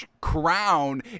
Crown